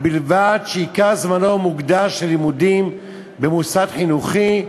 ובלבד שעיקר זמנו מוקדש ללימודים במוסד חינוכי,